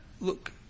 look